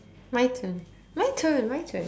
my turn my turn my turn